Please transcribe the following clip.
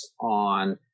on